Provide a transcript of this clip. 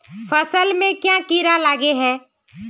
फसल में क्याँ कीड़ा लागे है?